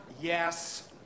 Yes